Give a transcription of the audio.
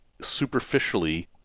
superficially